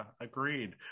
Agreed